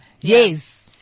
Yes